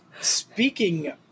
speaking